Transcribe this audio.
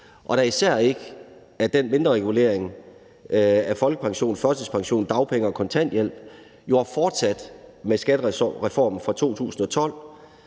og da især ikke, at den mindreregulering af folkepension, førtidspension, dagpenge og kontanthjælp er fortsat med skattereformen fra 2012,